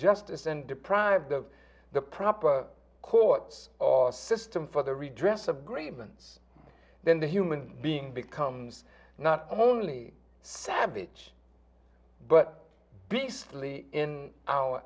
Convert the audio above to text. justice and deprived of the proper courts or system for the redress of grievance then the human being becomes not only savage but beastly in our